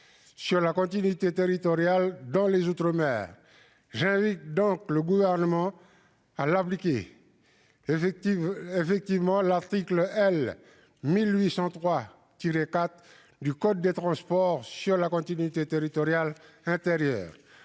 sur la continuité territoriale dans les outre-mer. J'invite donc le Gouvernement à appliquer effectivement l'article L. 1803-4 du code des transports sur l'aide à la continuité territoriale. À l'heure